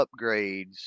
upgrades